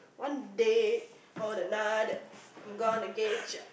one day or another I'm gonna get you